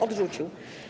odrzucił.